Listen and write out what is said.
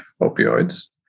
opioids